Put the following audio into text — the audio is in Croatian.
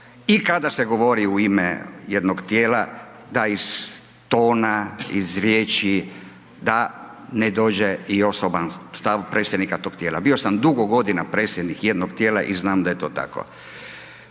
i kada se govori u ime jednog tijela, taj tona iz riječi, da ne dođe i osoban stav predsjednik tog tijela. Bio sam dugo godina predsjednik jednog tijela i znam da je to tako.